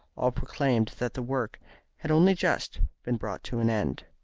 all proclaimed that the work had only just been brought to an end.